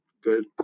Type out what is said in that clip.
Good